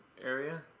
area